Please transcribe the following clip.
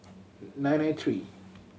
nine nine three